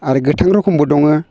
आरो गोथां रखमबो दङ